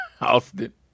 Austin